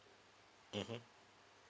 mmhmm